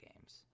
games